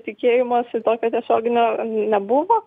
tikėjimosi tokio tiesioginio nebuvo